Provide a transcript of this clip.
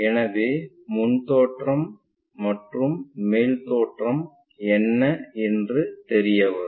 எனவே முன் தோற்றம் மற்றும் மேல் தோற்றம் என்ன என்று தெரியவரும்